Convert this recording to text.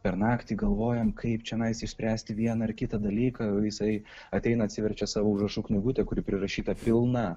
per naktį galvojam kaip čionai išspręsti vieną ar kitą dalyką o jisai ateina atsiverčia savo užrašų knygutę kuri prirašyta pilna